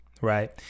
right